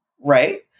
right